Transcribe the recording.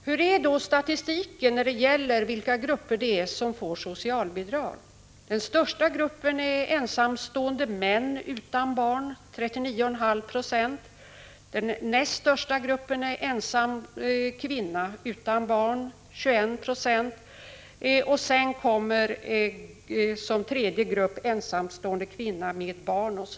Vad säger då statistiken om vilka grupper det är som får socialbidrag? Den största gruppen är ensamstående män utan barn: 39,5 760. Den näst största gruppen är ensamstående kvinnor utan barn: 21 96. Som tredje grupp kommer ensamstående kvinnor med barn.